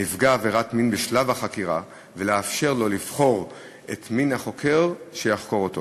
לנפגע עבירת מין בשלב החקירה ולאפשר לו לבחור את מין החוקר שיחקור אותו.